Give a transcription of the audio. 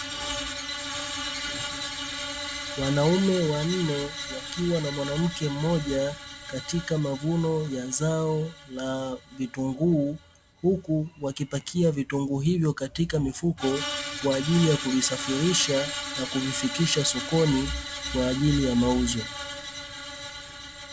Wanaume wanne wakiwa na mwanamke mmoja katika mavuno ya zao la vitunguu huku wakipakia vitunguu hivyo katika mifuko kwa ajili ya kuvisafirisha na kuvifikisha sokoni kwa ajili ya mauzo.